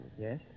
Yes